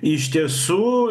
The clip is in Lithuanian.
iš tiesų